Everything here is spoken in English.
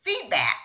feedback